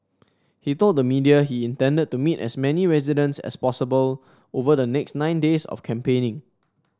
he told the media he intended to meet as many residents as possible over the next nine days of campaigning